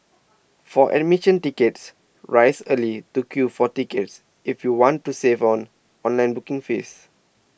for admission tickets rise early to queue for tickets if you want to save on online booking fees